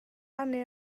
rannu